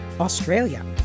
Australia